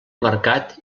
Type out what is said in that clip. mercat